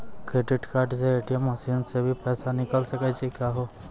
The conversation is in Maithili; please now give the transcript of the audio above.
क्रेडिट कार्ड से ए.टी.एम मसीन से भी पैसा निकल सकै छि का हो?